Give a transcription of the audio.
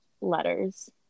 letters